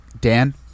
Dan